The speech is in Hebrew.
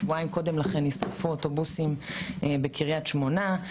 שבועיים קודם לכן נשרפו אוטובוסים בקריית שמונה.